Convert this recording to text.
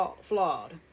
flawed